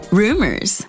rumors